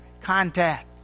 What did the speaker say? contact